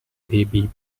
baby